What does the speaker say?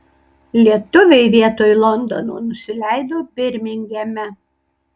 lietuviai vietoj londono nusileido birmingeme